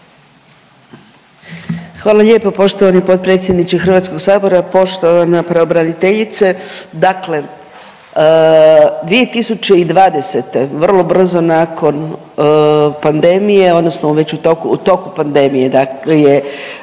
Hvala lijepo poštovani potpredsjedniče Hrvatskoga sabora, poštovana pravobraniteljice. Dakle, 2020. vrlo brzo nakon pandemije odnosno već u toku pandemije bio je